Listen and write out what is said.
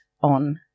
on